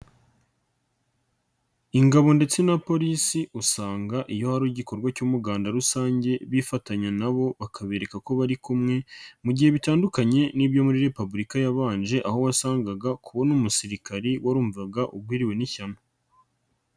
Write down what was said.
Ingabo ndetse na Polisi usanga iyo hari igikorwa cy'umuganda rusange bifatanya nabo bakabereka ko bari, kumwe mu gihe bitandukanye n'ibyo muri Repubulika yabanje aho wasangaga kubona umusirikare warumvaga ugwiriwe n'ishyano.